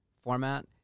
format